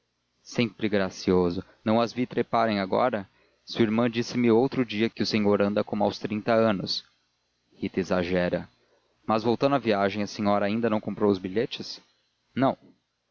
sempre gracioso não as vi treparem agora sua irmã disse-me outro dia que o senhor anda como aos trinta anos rita exagera mas voltando à viagem a senhora ainda não comprou os bilhetes não